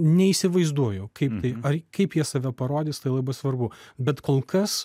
neįsivaizduoju kaip tai ar kaip jie save parodys tai labai svarbu bet kol kas